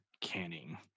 canning